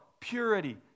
purity